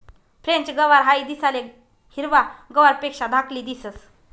French गवार हाई दिसाले हिरवा गवारपेक्षा धाकली दिसंस